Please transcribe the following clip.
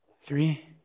Three